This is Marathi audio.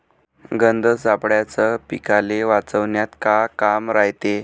गंध सापळ्याचं पीकाले वाचवन्यात का काम रायते?